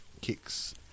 kicks